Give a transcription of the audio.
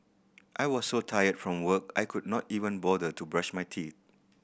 I was so tired from work I could not even bother to brush my teeth